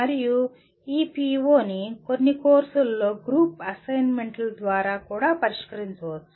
మరియు ఈ పిఒని కొన్ని కోర్సులలో గ్రూప్ అసైన్మెంట్ల ద్వారా కూడా పరిష్కరించవచ్చు